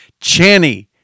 Channy